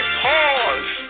pause